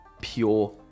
pure